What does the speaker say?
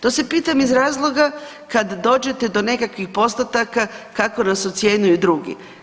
To se pitam iz razloga kad dođete do nekakvih postotaka, kako nas ocjenjuju drugi.